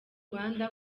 rwanda